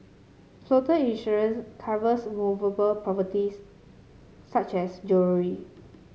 floater insurance covers movable properties such as jewellery